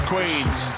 Queen's